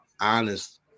honest